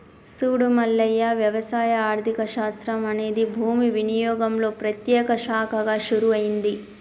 సూడు మల్లయ్య వ్యవసాయ ఆర్థిక శాస్త్రం అనేది భూమి వినియోగంలో ప్రత్యేక శాఖగా షురూ అయింది